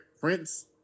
Prince